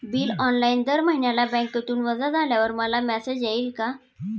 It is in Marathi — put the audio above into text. बिल ऑनलाइन दर महिन्याला बँकेतून वजा झाल्यावर मला मेसेज येईल का?